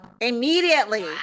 immediately